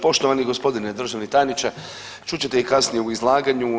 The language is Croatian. Poštovani gospodine državni tajniče, čut ćete i kasnije u izlaganju.